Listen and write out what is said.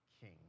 king